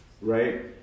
right